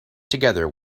together